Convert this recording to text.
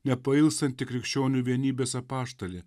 nepailstanti krikščionių vienybės apaštalė